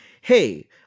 hey